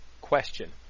question